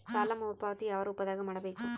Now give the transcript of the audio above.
ಸಾಲ ಮರುಪಾವತಿ ಯಾವ ರೂಪದಾಗ ಮಾಡಬೇಕು?